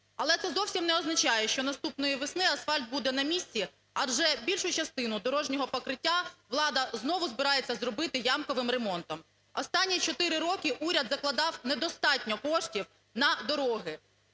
Але це зовсім не означає, що наступної весни асфальт буде на місці, адже більшу частину дорожнього покриття влада знову збирається зробити ямковим ремонтом. Останні чотири роки уряд закладав недостатньо коштів на дороги.